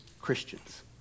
Christians